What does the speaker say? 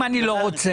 אם אני לא רוצה?